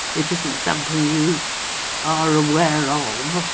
it isn't something you are aware of,